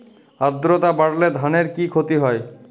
আদ্রর্তা বাড়লে ধানের কি ক্ষতি হয়?